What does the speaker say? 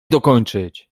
dokończyć